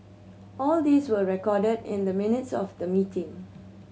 all these were recorded in the minutes of the meeting